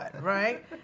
right